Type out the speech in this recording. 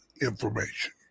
information